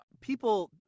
people